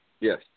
Yes